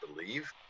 believe